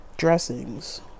dressings